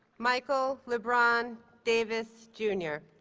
michael lebron davis jr.